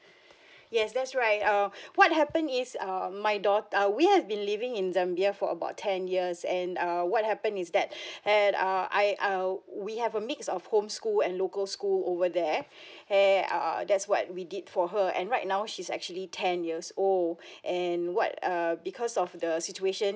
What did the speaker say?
yes that's right uh what happened is um my daughter uh we have been living in zambia for about ten years and err what happened is that and uh I uh we have a mix of home school and local school over there and err that's what we did for her and right now she's actually ten years old and what err because of the situation